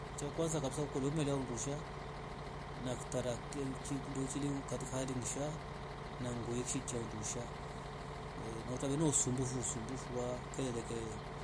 Cha kwanza kabisa ukole umela ungusha na ndi kutaratibu chela ungusha na ngo yekushika undusha na kutakutane na usumbufu usumbufu wa kelele kelele.